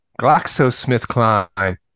GlaxoSmithKline